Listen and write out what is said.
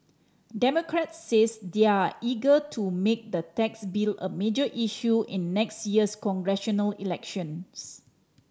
democrats says they're eager to make the tax bill a major issue in next year's congressional elections